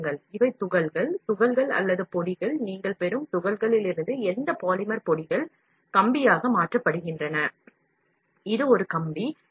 பாருங்கள் இவை துகள்கள் துகள்கள் அல்லது பொடிகள் நீங்கள் பெறும் துகள்களிலிருந்து எந்த பாலிமர் பொடிகள் கம்பியாக மாற்றப்படுகின்றன இது ஒரு கம்பி